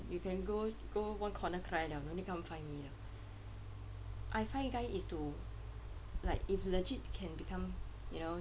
you can go go one corner cry liao no need come find me liao I find guy is to like if legit can become you know